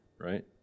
right